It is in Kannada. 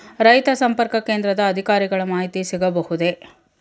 ರೈತ ಸಂಪರ್ಕ ಕೇಂದ್ರದ ಅಧಿಕಾರಿಗಳ ಮಾಹಿತಿ ಸಿಗಬಹುದೇ?